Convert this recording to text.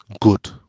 Good